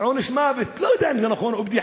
עונש מוות, אני לא יודע אם זה נכון או בדיחה,